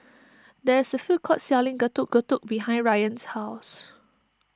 there is a food court selling Getuk Getuk behind Rayan's house